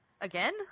Again